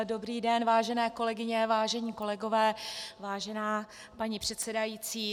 Dobrý den, vážené kolegyně a vážení kolegové, vážená paní předsedající.